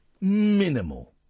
Minimal